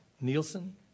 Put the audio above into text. Nielsen